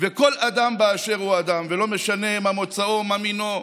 כל אדם באשר הוא אדם, ולא משנה מה מוצאו, מה מינו.